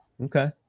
Okay